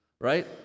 right